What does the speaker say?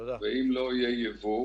אם לא יהיה ייבוא